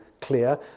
clear